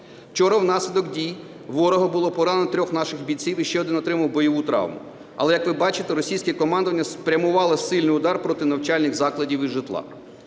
Вчора внаслідок дій ворога було поранено трьох наших бійців і ще один отримав бойову травму. Але, як ви бачите, російське командування спрямувало сильний удар проти навчальних закладів і житла.